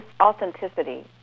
authenticity